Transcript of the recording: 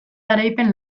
garaipen